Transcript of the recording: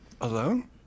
Alone